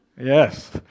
Yes